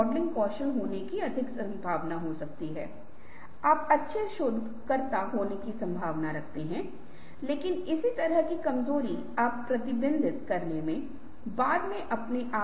उंझान मे डालनेवाला गुणवत्ता के संदर्भ के बिना वैकल्पिक समाधानों की बेहतर तीसरी मात्रा के विचारों को प्रोत्साहित किया जाता है